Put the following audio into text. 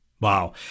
Wow